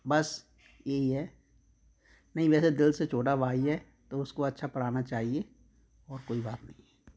बस यही है नहीं वैसे दिल से छोटा भाई है तो उसको अच्छा पढ़ाना चाहिए और कोई बात नहीं है